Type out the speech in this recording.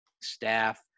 staff